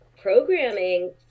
programming